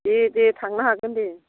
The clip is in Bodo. दे दे थांनो हागोन दे